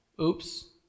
Oops